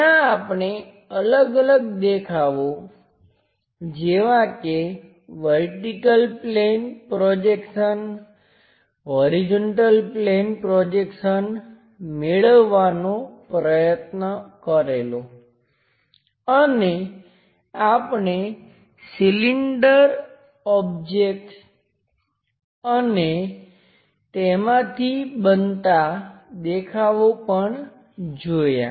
ત્યાં આપણે અલગ અલગ દેખાવો જેવા કે vertical plane projection horizontal plane projection મેળવવાનો પ્રયત્ન કરેલો અને આપણે સિલિન્ડર ઓબ્જેક્ટ્સ અને તેમાંથી બનતાં દેખાવો પણ જોયાં